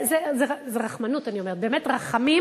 זה רחמנות, אני אומרת, באמת רחמים,